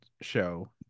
show